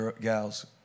gals